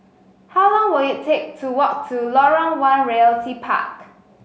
how long will it take to walk to Lorong One Realty Park